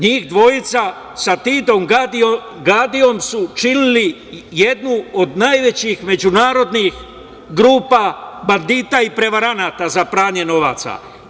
Njih dvojica su sa Tidijom Gadijom činili jednu od najvećih međunarodnih grupa bandita i prevaranata za pranje novca.